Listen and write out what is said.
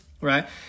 right